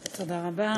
תודה רבה.